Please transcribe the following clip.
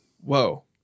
whoa